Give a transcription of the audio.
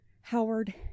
Howard